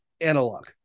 analog